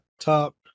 top